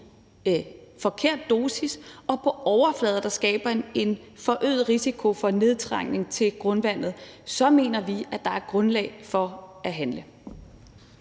forkert dosis og på overflader, der skaber en forøget risiko for nedtrængning til grundvandet, så mener vi, at der er grundlag for at handle.